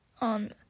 on